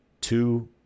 two